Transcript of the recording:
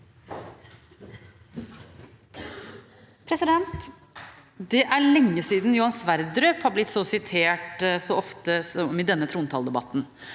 Det er lenge siden Johan Sverdrup har blitt sitert så ofte som i denne trontaledebatten.